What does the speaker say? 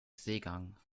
seegang